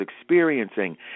experiencing